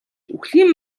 үхлийн